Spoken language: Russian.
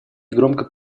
громко